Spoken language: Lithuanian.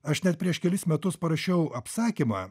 aš net prieš kelis metus parašiau apsakymą